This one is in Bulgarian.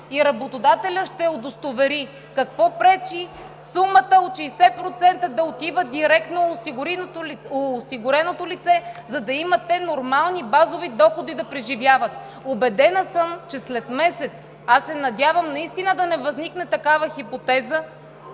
и работодателят ще я удостовери, какво пречи сумата от 60% да отива директно в осигуреното лице, за да имат те нормални базови доходи да преживяват? Убедена съм, че след месец – аз се надявам наистина да не възникне такава хипотеза,